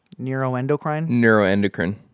Neuroendocrine